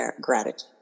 gratitude